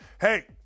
Hey